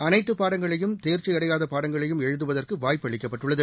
அனைத்துப் பாடங்களையும் தேர்ச்சியடையாதபாடங்களையும் எழுதுவதற்குவாய்ப்பு அளிக்கப்பட்டுள்ளது